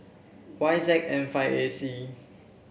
Y Z N five A C